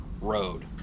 road